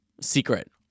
secret